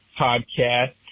Podcast